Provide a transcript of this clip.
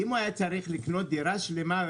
אם הוא היה צריך לקנות דירה שלמה,